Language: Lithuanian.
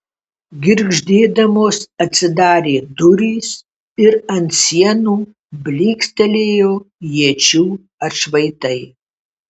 girgždėdamos atsidarė durys ir ant sienų blykstelėjo iečių atšvaitai